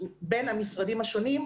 וזה המצב של חבר'ה שסיימו י"ב ביוני,